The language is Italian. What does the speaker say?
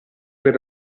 per